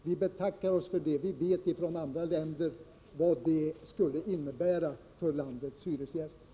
Vi betackar oss för detta. Från andra länder vet vi vad det innebär för hyresgästerna.